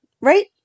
right